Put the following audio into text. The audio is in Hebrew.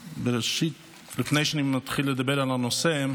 ראשית, לפני שאני מתחיל לדבר על הנושא,